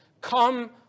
Come